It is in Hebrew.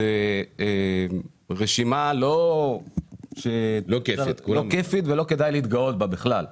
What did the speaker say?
זאת רשימה לא כיפית ולא כדאי להתגאות בה בכלל.